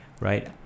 right